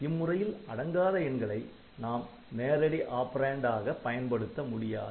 இம்முறையில் அடங்காத எண்களை நாம் நேரடி ஆப்பரேன்ட் ஆக பயன்படுத்த முடியாது